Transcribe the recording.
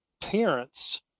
parents